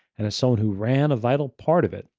and as someone who ran a vital part of it,